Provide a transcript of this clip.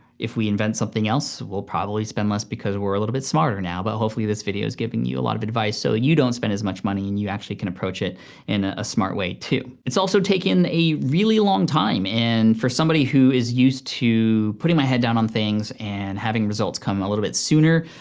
if we invent something else we'll probably spend less because we're a little bit smarter now. but hopefully this video is giving you a lot of advice so you don't spend as much money and you can actually approach it in a a smart way, too. it's also taken a really long time, and for somebody who is used to putting my head down on things and having results come a little bit sooner,